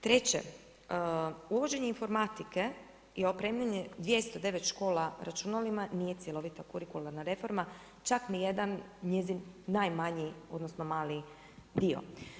Treće uvođenjem informatike, opremljeno je 209 škola računalima, nije cjelovita kurikularna reforma, čak ni jedan njezin najmanji, odnosno mali dio.